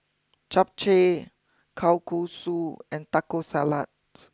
Japchae Kalguksu and Taco Salad